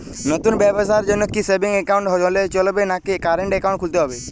নতুন ব্যবসার জন্যে কি সেভিংস একাউন্ট হলে চলবে নাকি কারেন্ট একাউন্ট খুলতে হবে?